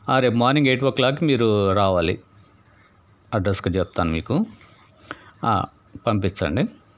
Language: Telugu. రేపు మార్నింగ్ ఎయిట్ ఓ క్లాక్ మీరు రావాలి అడ్రస్కి చెప్తాను మీకు పంపించండి